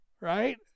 right